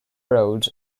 road